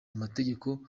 amategeko